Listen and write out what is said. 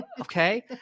okay